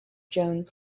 jones